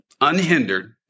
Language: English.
unhindered